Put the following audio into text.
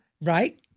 Right